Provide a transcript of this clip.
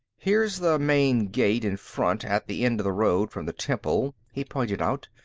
here's the main gate, in front, at the end of the road from the temple, he pointed out.